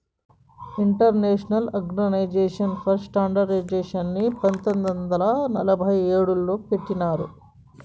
international Organization for స్టాండర్డయిజేషన్ని పంతొమ్మిది వందల నలభై ఏడులో పెట్టినరు